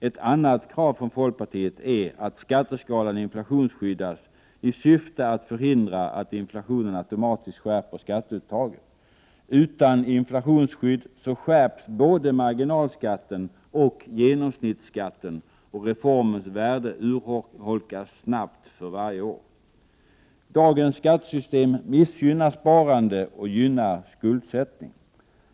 Ett annat krav från folkpartiet är att skatteskalan inflationsskyddas i syfte att förhindra att inflationen automatiskt skärper skatteuttaget. Utan inflationsskydd skärps både marginalskatten och genomsnittsskatten, och reformens värde urholkas snabbt för varje år. Dagens skattesystem missgynnar sparande och gynnar skuldsättning.